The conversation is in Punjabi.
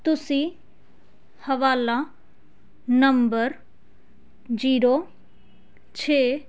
ਤੁਸੀਂ ਹਵਾਲਾ ਨੰਬਰ ਜੀਰੋ ਛੇ